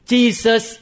Jesus